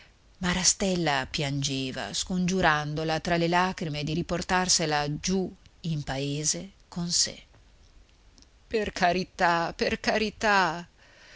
d'aspettare marastella piangeva scongiurandola tra le lagrime di riportarsela giù in paese con sé per carità per carità